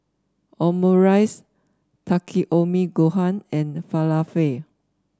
Omurice Takikomi Gohan and Falafel